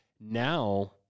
now